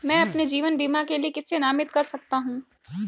मैं अपने जीवन बीमा के लिए किसे नामित कर सकता हूं?